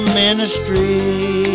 ministry